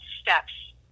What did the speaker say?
steps